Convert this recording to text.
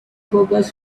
forecast